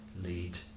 lead